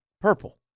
Purple